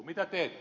mitä teette